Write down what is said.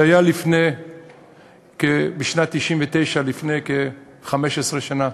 זה היה בשנת 1999, לפני כ-15 שנה.